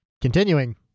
continuing